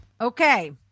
Okay